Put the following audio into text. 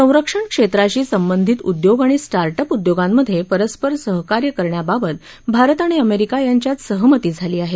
संरक्षण क्षेत्राशी संबंधित उद्योग आणि स्टार्ट अप उद्योगांमध्ये परस्पर सहकार्य करण्याबाबत भारत आणि अमेरिका यांच्यात सहमत झाली आहे